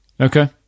Okay